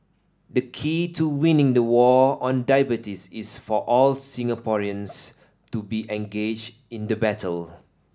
the key to winning the war on diabetes is for all Singaporeans to be engaged in the battle